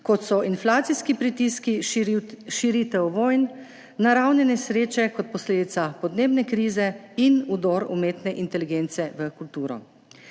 kot so inflacijski pritiski, širitev vojn, naravne nesreče kot posledica podnebne krize in vdor umetne inteligence v kulturo.